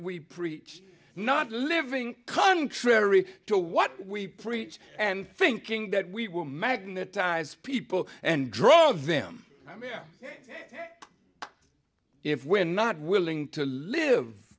we preach not living contrary to what we preach and thinking that we will magnetize people and draw them i mean if we're not willing to live